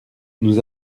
nous